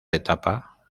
etapa